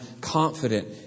confident